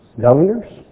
governors